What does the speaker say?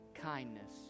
kindness